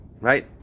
right